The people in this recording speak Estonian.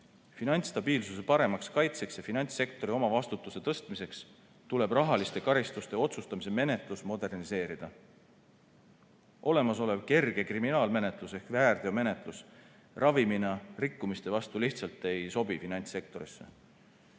finantsstabiilsuse paremaks kaitseks ja finantssektori omavastutuse tõstmiseks tuleb rahaliste karistuste otsustamise menetlus moderniseerida. Olemasolev kerge kriminaalmenetlus ehk väärteomenetlus ravimina rikkumiste vastu lihtsalt ei sobi finantssektorisse.